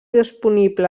disponible